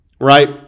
right